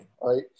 right